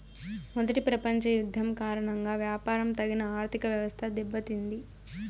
మొదటి ప్రపంచ యుద్ధం కారణంగా వ్యాపారం తగిన ఆర్థికవ్యవస్థ దెబ్బతింది